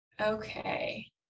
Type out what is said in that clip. Okay